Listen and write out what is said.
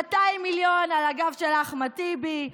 200 מיליון על הגב של אחמד טיבי,